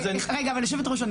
היושבת-ראש,